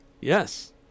Yes